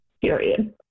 period